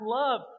love